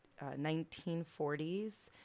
1940s